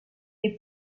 est